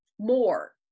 more